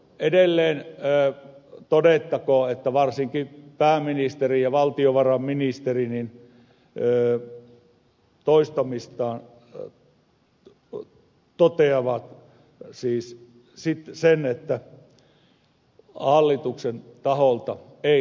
edelleen todettakoon että varsinkin pääministeri ja valtiovarainministeri toistamiseen toteavat sen että hallituksen taholta ei leikata